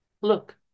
look